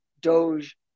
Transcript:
Doge